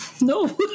No